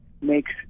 makes